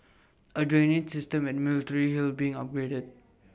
A drainage system at military hill being upgraded